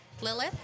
Lilith